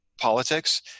Politics